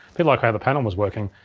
bit like how the panel was working.